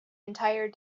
entire